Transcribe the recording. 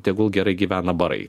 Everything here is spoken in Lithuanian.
tegul gerai gyvena barai